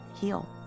heal